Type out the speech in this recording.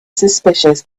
suspicious